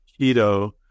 keto